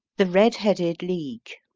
the red-headed league